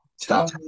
Stop